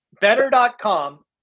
Better.com